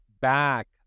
back